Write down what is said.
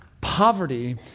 poverty